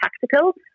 tactical